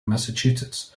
massachusetts